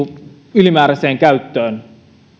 ylimääräiseen käyttöön